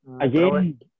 Again